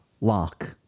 lock